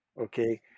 Okay